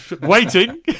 Waiting